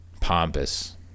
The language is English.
Pompous